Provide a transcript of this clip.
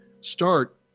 start